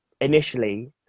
initially